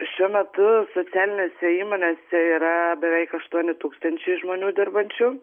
šiuo metu socialinėse įmonėse yra beveik aštuoni tūkstančiai žmonių dirbančių